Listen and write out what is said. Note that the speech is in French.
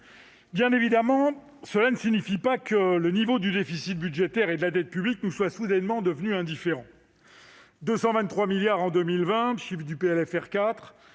Bien évidemment, cela ne signifie pas que le niveau du déficit budgétaire et de la dette publique nous soit soudainement devenu indifférent. Si l'on ajoute aux